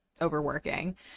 overworking